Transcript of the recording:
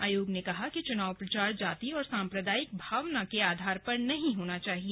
आयोग ने कहा है कि चुनाव प्रचार जाति और सांप्रदायिक भावना के आधार पर नहीं होना चाहिए